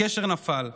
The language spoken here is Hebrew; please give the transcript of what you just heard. הקשר נפל,